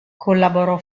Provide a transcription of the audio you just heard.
collaborò